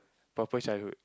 proper childhood